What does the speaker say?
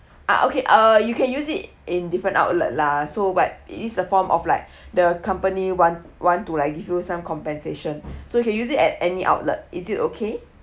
uh okay uh you can use it in different outlet lah so but is a form of like the company want want to like give you some compensation so you can use it at any outlet is it okay